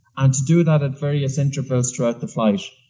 and to do that at various intervals throughout the flight.